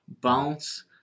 bounce